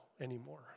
anymore